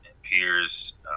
peers